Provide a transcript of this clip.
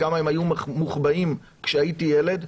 כמה הם היו מוחבאים כשהייתי ילד,